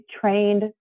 Trained